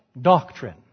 doctrine